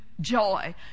Joy